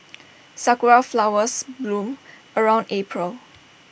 Sakura Flowers bloom around April